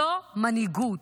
זו מנהיגות.